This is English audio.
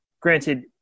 granted